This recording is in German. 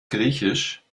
griechisch